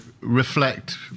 reflect